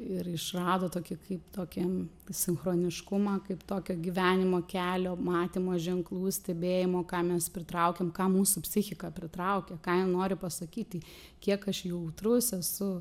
ir išrado tokį kaip tokį sinchroniškumą kaip tokio gyvenimo kelio matymo ženklų stebėjimo ką mes pritraukiam ką mūsų psichika pritraukia ką ji nori pasakyti kiek aš jautrus esu